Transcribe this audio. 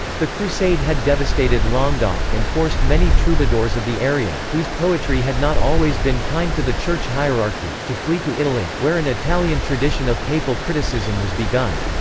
the crusade had devastated languedoc and forced many troubadours of the area, whose poetry had not always been kind to the church hierarchy, to flee to italy, where an italian tradition of papal criticism was begun.